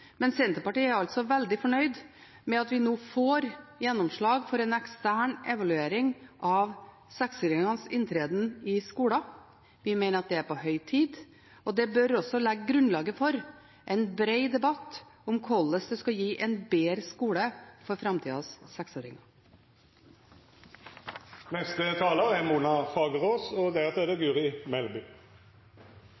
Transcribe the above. men Senterpartiet er altså veldig fornøyd med at vi nå får gjennomslag for en ekstern evaluering av seksåringenes inntreden i skolen. Vi mener det er på høy tid, og det bør også legge grunnlaget for en bred debatt om hvordan man skal gi framtidas seksåringer en bedre skole. Vårt mål er en skole for hele ungen – en mer praktisk og